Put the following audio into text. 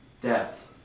depth